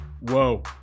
Whoa